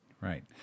right